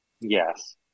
Yes